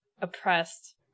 oppressed